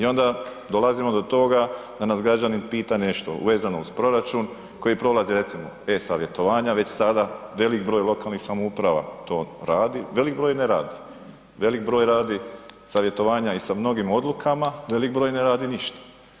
I onda dolazimo do toga da nas građanin pita nešto vezano uz proračun koji prolazi recimo e-savjetovanja već sada, velik broj lokalnih samouprava to radi, veliki broj ne radi, velik broj radi savjetovanja i sa mnogim odlukama, veliki broj ne radi ništa.